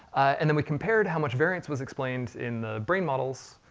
and then we compared how much variance was explained in the brain models,